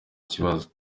kibazo